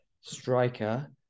striker